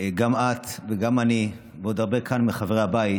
גם את וגם אני, ועוד הרבה כאן מחברי הבית,